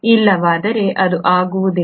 ಇಲ್ಲವಾದರೆ ಅದು ಆಗುವುದಿಲ್ಲ